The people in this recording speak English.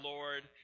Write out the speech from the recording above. Lord